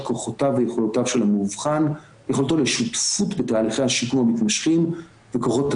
אם יש משהו עוצמתי מאוד שאני למדתי מפרויקט "שומר איתן" וממאות החיילים